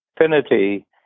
infinity